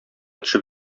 төшеп